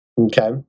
Okay